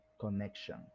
connection